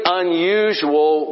unusual